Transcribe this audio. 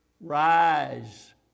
Rise